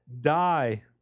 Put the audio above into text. die